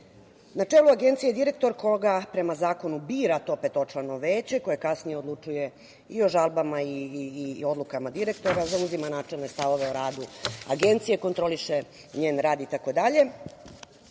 čelu Agencije je direktor koga prema zakonu bira to petočlano Veće, koje kasnije odlučuje i o žalbama i odlukama direktora, zauzima načelne stavove o radu Agencije, kontroliše njen rad itd.